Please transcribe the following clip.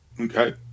okay